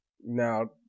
Now